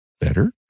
better